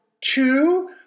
two